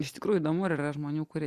iš tikrųjų įdomu ar yra žmonių kurie